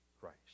Christ